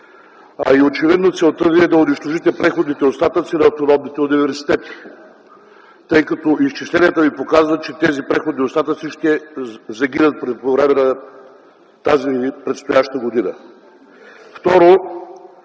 и очевидно целта Ви е да унищожите преходните остатъци на автономните университети, тъй като изчисленията ми показват, че тези преходни остатъци ще загинат по време на тази предстояща година. Второ,